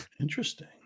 Interesting